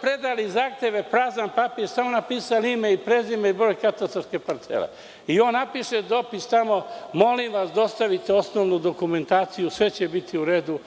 Predali su zahteve, prazan papir, samo napisali ime i prezime i broj katastarske parcele i on napiše dopis tamo – molim vas, dostavite osnovnu dokumentaciju i sve će biti u redu,